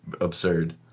absurd